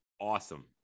awesome